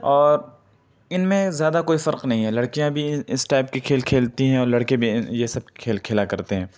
اور ان میں زیادہ کوئی فرق نہیں ہے لڑکیاں بھی اس ٹائپ کی کھیل کھیلتی ہیں اور لڑکے بھی یہ سب کھیل کھیلا کرتے ہیں